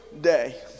day